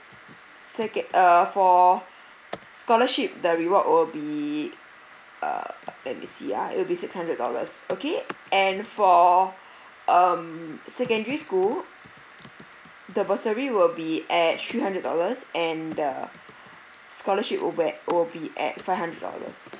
second uh for scholarship the reward will be err let me see ah it will be six hundred dollars okay and for um secondary school the bursary will be at three hundred dollars and the scholarship will at will be at five hundred dollars